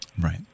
right